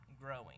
growing